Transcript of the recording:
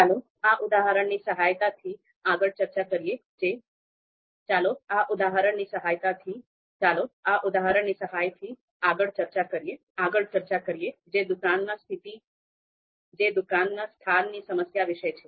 ચાલો આ ઉદાહરણની સહાયથી આગળ ચર્ચા કરીએ જે દુકાનના સ્થાનની સમસ્યા વિશે છે